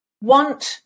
want